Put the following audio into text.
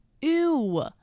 Ew